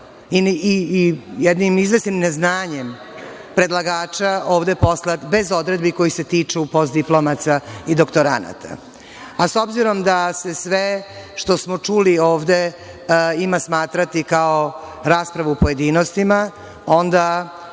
i jednim izvesnim neznanjem predlagača ovde poslat bez odredbi koje se tiču postdiplomaca i doktoranata.S obzirom da se sve što smo čuli ovde ima smatrati kao rasprava u pojedinostima, onda